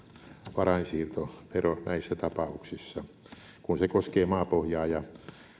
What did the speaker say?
varainsiirtovero näissä tapauksissa kun se koskee maapohjaa ja